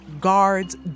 guards